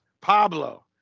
Pablo